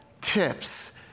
Tips